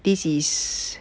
this is